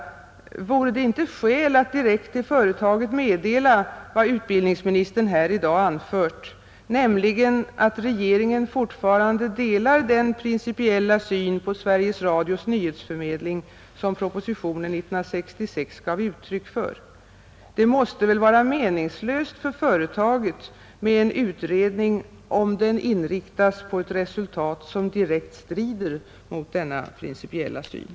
Vore det inte skäl att direkt till företaget meddela vad utbildningsministern här i dag anfört, nämligen att regeringen fortfarande delar den principiella syn på Sveriges Radios nyhetsförmedling, som propositionen 1966 gav uttryck för — det måste väl vara meningslöst för företaget med en utredning om denna inriktas på ett resultat som direkt strider mot denna principiella syn?